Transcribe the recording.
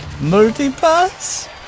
Multi-pass